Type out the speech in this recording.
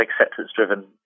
acceptance-driven